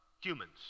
humans